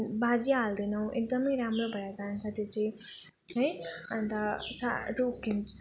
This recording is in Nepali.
बाजी हाल्दैनौँ एकदम राम्रो भएर जान्छ त्यो चाहिँ है अन्त साह्रो रोगहरू केही